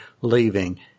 leaving